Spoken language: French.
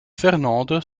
fernande